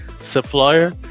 supplier